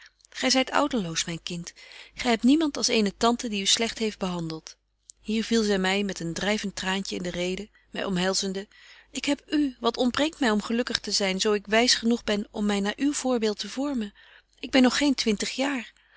gy zyt ouderloos myn kind gy hebt niemand als eene tante die u slegt heeft behandelt hier viel zy my met een dryvent traantje in de reden my omhelzende ik heb u wat ontbreekt my om gelukkig te zyn zo ik wys genoeg ben om my naar uw voorbeeld te vormen ik ben nog geen twintig jaar